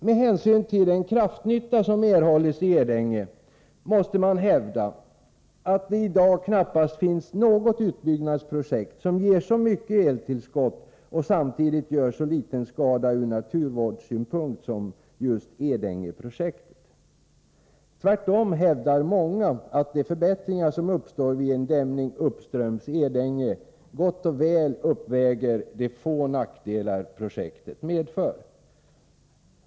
Med hänsyn till den kraftnytta som erhålls i Edänge måste man hävda att det i dag knappast finns något utbyggnadsprojekt, som ger så mycket eltillskott och samtidigt gör så liten skada ur naturvårdssynpunkt som Edängeprojektet. Tvärtom hävdar många att de förbättringar som uppstår vid en dämning uppströms Edänge gott och väl uppväger de få nackdelar projektet medför.